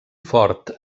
fort